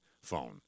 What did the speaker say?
phone